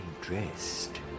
dressed